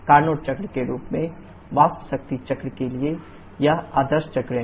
Carnot चक्र के रूप में वाष्प शक्ति चक्र के लिए यह आदर्श चक्र है